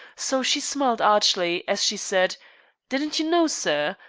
so she smiled archly, as she said didn't you know, sir?